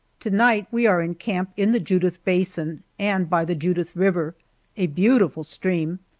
to-night we are in camp in the judith basin and by the judith river a beautiful stream,